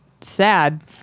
sad